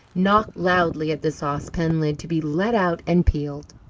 knocked loudly at the saucepan lid to be let out and peeled.